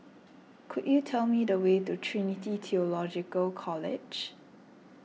could you tell me the way to Trinity theological College